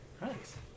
Nice